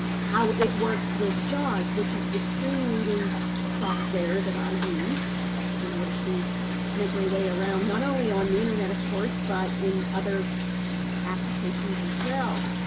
how it works with jaws, which is the screen reading software that i use in order to make my way around not only on the internet, of course, but in other applications as well.